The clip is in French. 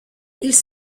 ils